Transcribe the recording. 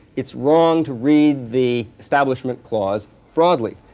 it's wrong to read the establishment clause broadly.